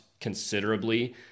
considerably